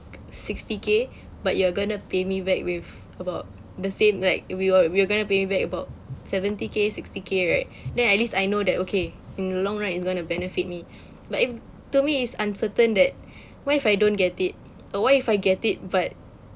sixty K but you're going to pay me back with about the same like we are you're going to pay me back about seventy K sixty K right then at least I know that okay in the long right it's going to benefit me but if to me it's uncertain that what if I don't get it ah what if I get it but